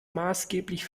maßgeblich